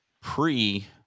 pre